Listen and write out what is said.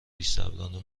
بیصبرانه